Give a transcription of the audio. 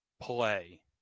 Play